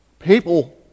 People